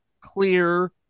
clear